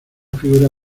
figura